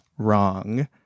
wrong